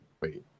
Wait